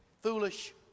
foolish